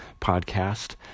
podcast